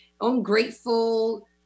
ungrateful